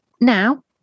now